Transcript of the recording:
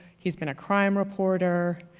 he's been a crime reporter,